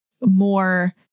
more